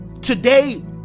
Today